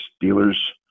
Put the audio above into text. dealers